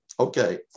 Okay